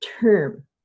term